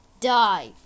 Die